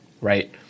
Right